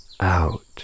out